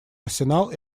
арсенал